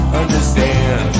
understand